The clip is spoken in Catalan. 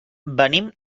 venim